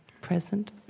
present